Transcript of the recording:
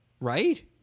right